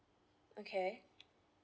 okay